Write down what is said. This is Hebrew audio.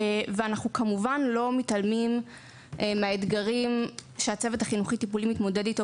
אנחנו כמובן לא מתעלמים מהאתגרים שהצוות החינוכי-טיפולי מתמודד אתו